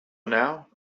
now